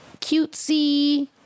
cutesy